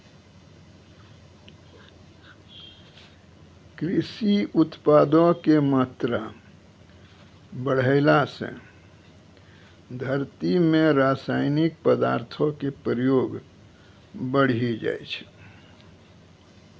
कृषि उत्पादो के मात्रा बढ़ैला से धरती मे रसायनिक पदार्थो के प्रयोग बढ़ि जाय छै